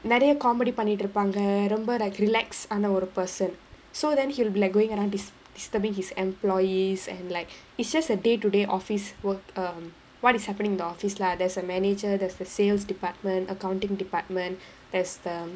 நறைய:naraiya comedy பண்ணிட்டிருப்பாங்க ரொம்ப:pannittiruppaanga romba relax ஆன:aana person so then he'll be like going around dis~ disturbing his employees and like it's just a day to day office work um what is happening in the office lah there's a manager there's a sales department accounting department there's um